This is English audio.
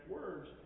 words